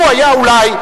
הוא היה אולי,